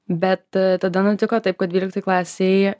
bet tada nutiko taip kad dvyliktoj klasėj